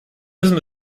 müssen